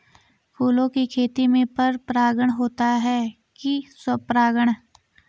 फूलों की खेती में पर परागण होता है कि स्वपरागण?